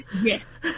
yes